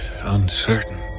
uncertain